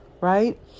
right